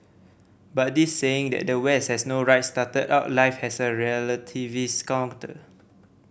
but this saying that the West has no right started out life has a relativists counter